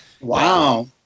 Wow